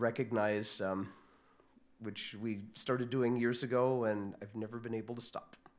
recognize which we started doing years ago and i've never been able to stop